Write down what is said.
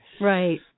Right